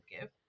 give